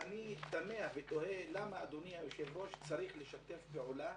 ואני תמה ותוהה למה אדוני היושב-ראש צריך לשתף פעולה